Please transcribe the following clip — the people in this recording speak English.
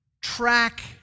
track